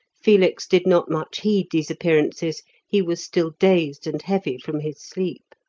felix did not much heed these appearances he was still dazed and heavy from his sleep.